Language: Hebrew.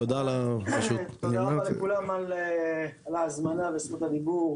תודה לכולם על ההזמנה וזכות הדיבור.